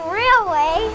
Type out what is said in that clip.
railway